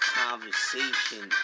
conversation